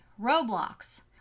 Roblox